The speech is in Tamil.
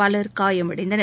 பலர் காயமடைந்தனர்